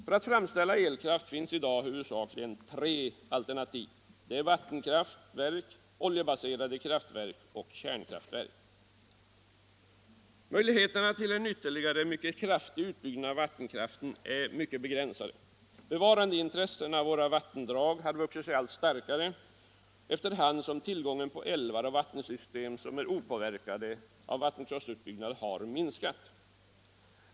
För att framställa elkraft finns i dag huvudsakligen tre alternativ: vat Möjligheterna till en ytterligare utbyggnad av vattenkraften är emellertid begränsade. Intressena att bevara våra vattendrag har vuxit sig allt starkare efter hand som tillgången på älvar och vattensystem som är opåverkade av vattenkraftsutbyggnaden har minskat.